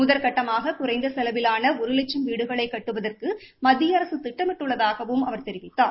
முதற்கட்டமாக குறைந்த செலவிலான லட்சம் வீடுகளை கட்டுவதற்கு மத்திய அரசு ஒரு திட்டமிட்டுள்ளதாகவும் அவர் தெரிவித்தார்